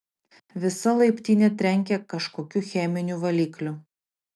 visa laiptinė trenkė kažkokiu cheminiu valikliu